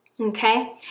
Okay